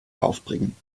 aufbringen